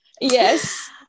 Yes